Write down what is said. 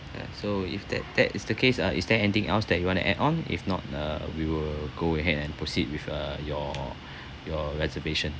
ya so if that that is the case uh is there anything else that you want to add on if not uh we will go ahead and proceed with uh your your reservation